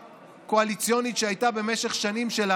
קואליציונית שלנו שהייתה במשך שנים,